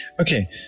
okay